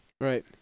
Right